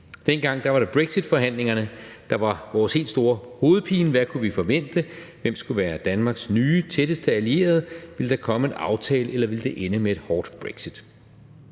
Dengang var det brexitforhandlingerne, der var vores helt store hovedpine: Hvad kunne vi forvente? Hvem skulle være Danmarks nye tætteste allierede? Ville der komme en aftale, eller ville det ende med et hårdt brexit?